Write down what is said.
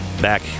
Back